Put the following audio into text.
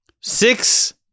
Six